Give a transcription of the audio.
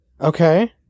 Okay